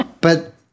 But-